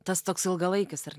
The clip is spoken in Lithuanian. tas toks ilgalaikis ar